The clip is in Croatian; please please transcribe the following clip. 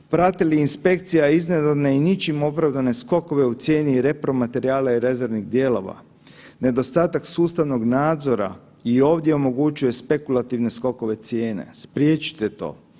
Prati li inspekcija iznenadne i ničim opravdane skokove u cijeni repromaterijala i rezervnih dijelova, nedostatak sustavnog nadzora i ovdje omogućuje spekulativne skokove cijena, spriječite to.